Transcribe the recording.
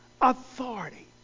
Authority